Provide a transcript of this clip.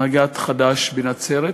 הנהגת חד"ש בנצרת,